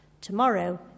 Tomorrow